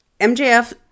MJF